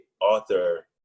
author